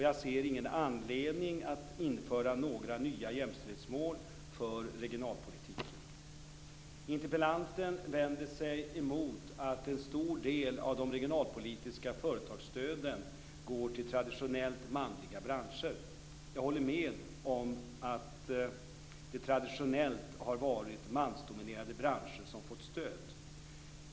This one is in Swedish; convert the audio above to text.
Jag ser ingen anledning att införa några nya jämställdhetsmål för regionalpolitiken. Interpellanten vänder sig emot att en stor del av de regionalpolitiska företagsstöden går till traditionellt manliga branscher. Jag håller med om att det traditionellt har varit mansdominerade branscher som fått stöd.